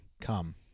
Come